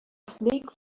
snake